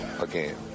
again